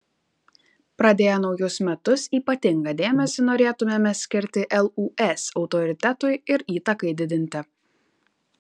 pradėję naujus metus ypatingą dėmesį norėtumėme skirti lūs autoritetui ir įtakai didinti